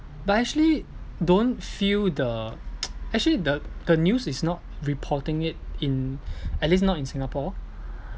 but I actually don't feel the actually the the news is not reporting it in at least not in Singapore